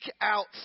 out